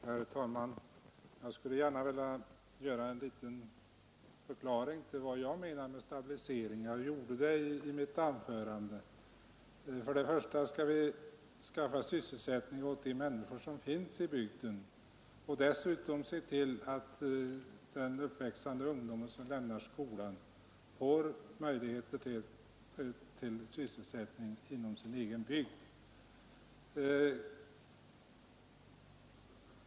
Herr talman! Jag skulle gärna vilja avge en liten förklaring till vad jag menar med stabilisering. Vi skall skaffa sysselsättning åt de människor som finns i bygden. Dessutom skall vi se till att den uppväxande ungdom som lämnar skolan också får möjlighet till sysselsättning inom sin egen bygd.